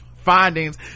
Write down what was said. findings